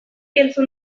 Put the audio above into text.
entzun